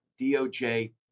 DOJ